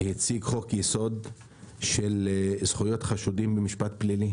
שהציג חוק יסוד של זכויות חשודים במשפט פלילי,